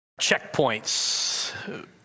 checkpoints